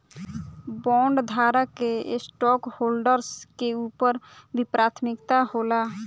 बॉन्डधारक के स्टॉकहोल्डर्स के ऊपर भी प्राथमिकता होला